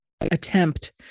attempt